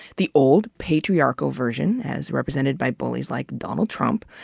the old, patriarchal version, as represented by bullies like donald trump,